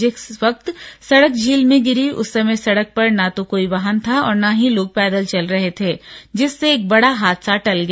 जिस वक्त सड़क झील में गिरी उस समय सड़क पर ना तो कोई वाहन था और ना ही लोग पैदल चल रहे थे जिससे एक बड़ा हादसा टल गया